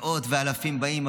מאות ואלפים באים,